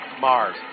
Mars